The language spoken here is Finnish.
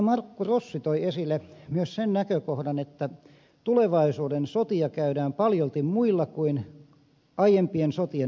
markku rossi toi esille myös sen näkökohdan että tulevaisuuden sotia käydään paljolti muilla kuin aiempien sotien aseilla